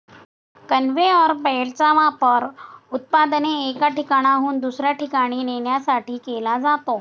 conveyor बेल्टचा वापर उत्पादने एका ठिकाणाहून दुसऱ्या ठिकाणी नेण्यासाठी केला जातो